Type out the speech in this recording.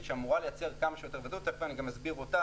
שאמורה לייצר כמה שיותר ודאות ותיכף אסביר אותה,